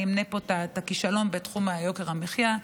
אמנה את הכישלון בתחום יוקר המחיה.